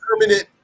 permanent